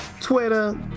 Twitter